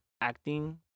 acting